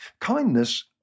Kindness